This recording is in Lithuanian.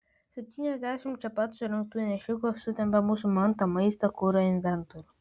septyniasdešimt čia pat surinktų nešikų sutempia mūsų mantą maistą kurą inventorių